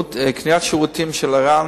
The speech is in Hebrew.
קניית שירותים של ער"ן,